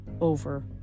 over